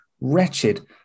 wretched